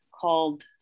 called